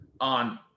on